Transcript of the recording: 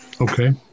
Okay